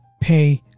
pay